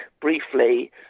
briefly